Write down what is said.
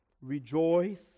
rejoice